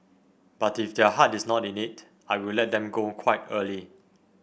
but if their heart is not in it I will let them go quite early